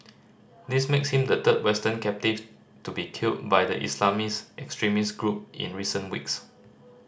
this makes him the third Western captive to be killed by the Islamist extremist group in recent weeks